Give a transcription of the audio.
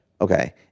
okay